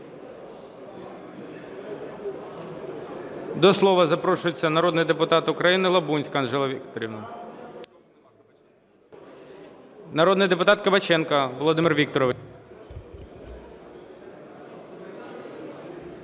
До слова запрошується народний депутат України Лабунська Анжела Вікторівна. Народний депутат Кабаченко Володимир Вікторович.